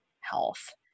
Health